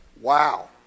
Wow